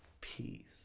peace